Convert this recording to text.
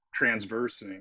transversing